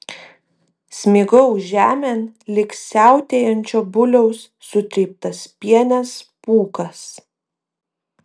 smigau žemėn lyg siautėjančio buliaus sutryptas pienės pūkas